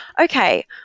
okay